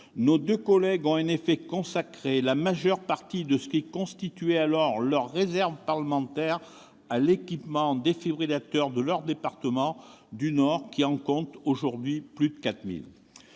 nos deux collègues ont en effet consacré la majeure partie de ce qui constituait alors leur réserve parlementaire à l'équipement en défibrillateurs de leur département, qui en compte aujourd'hui plus de 4 000.